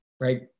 right